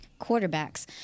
quarterbacks